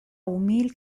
umil